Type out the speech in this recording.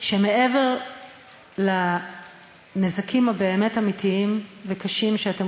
שמעבר לנזקים האמיתיים והקשים באמת שאתם